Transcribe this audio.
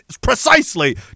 precisely